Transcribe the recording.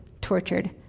tortured